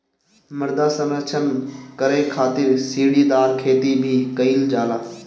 मृदा संरक्षण करे खातिर सीढ़ीदार खेती भी कईल जाला